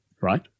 right